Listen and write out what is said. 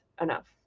enough